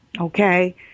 Okay